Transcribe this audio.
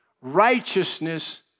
righteousness